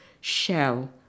shell